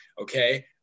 okay